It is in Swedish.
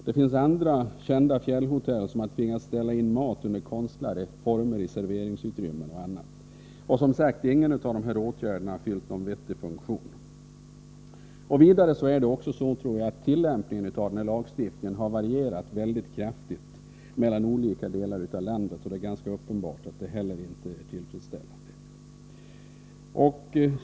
Det finns andra kända fjällhotell som har tvingats ställa in mat under konstlade former i serveringsutrymmen, m.m. Och som sagt: Ingen av de här åtgärderna har fyllt någon vettig funktion. Vidare tror jag att tillämpningen av den här lagstiftningen har varierat mycket kraftigt mellan olika delar av landet, och det är ganska uppenbart att inte heller det är tillfredsställande.